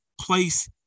place